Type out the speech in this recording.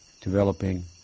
developing